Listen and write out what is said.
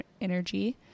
energy